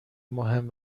مهم